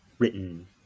written